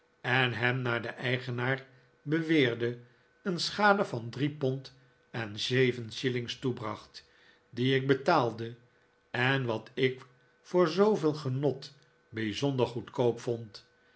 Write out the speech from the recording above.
en hem naar de eigenaar beweerde een schade van drie pond en zeven shillings toebracht die ik betaalde en wat ik voor zooveel genot bijzonder goedkoop vond